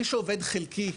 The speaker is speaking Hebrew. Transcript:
מי שעובד חלקית,